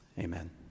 Amen